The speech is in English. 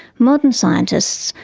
modern scientists,